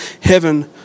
heaven